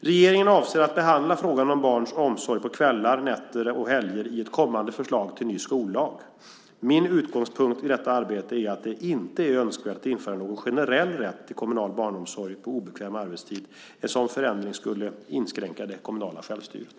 Regeringen avser att behandla frågan om barns omsorg på kvällar, nätter och helger i ett kommande förslag till ny skollag. Min utgångspunkt i detta arbete är att det inte är önskvärt att införa någon generell rätt till kommunal barnomsorg på obekväm arbetstid. En sådan förändring skulle inskränka det kommunala självstyret.